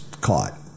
caught